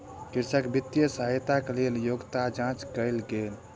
कृषक वित्तीय सहायताक लेल योग्यता जांच कयल गेल